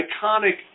iconic